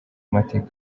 mateka